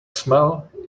smell